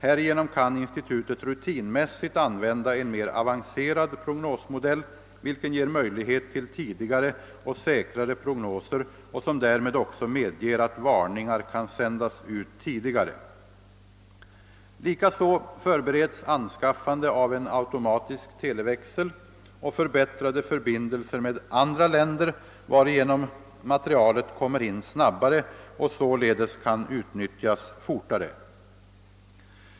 Härigenom kan institutet rutinmässigt använda en mer avancerad prognosmodell, vilken ger möjlighet till tidigare och säkrare prognoser och som därmed också medger att varningar kan sändas ut tidigare, Likaså förbereds anskaffande av en automatisk televäxel och förbättrade förbindelser med andra länder, varigenom materialet kommer in snabbare och således kan utnyttjas fortare.